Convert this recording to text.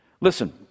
Listen